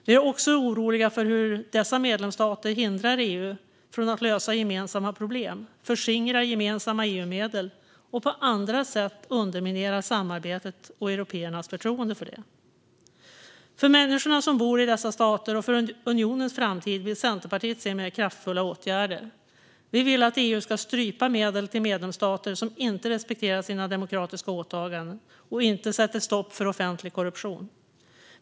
Vi är också oroliga för hur dessa medlemsstater hindrar EU från att lösa gemensamma problem, förskingrar gemensamma EU-medel och på andra sätt underminerar samarbetet och européernas förtroende för det. För människorna som bor i dessa stater och för unionens framtid vill Centerpartiet se mer kraftfulla åtgärder. Vi vill att EU ska strypa medel till medlemsstater som inte respekterar sina demokratiska åtaganden och inte sätter stopp för offentlig korruption.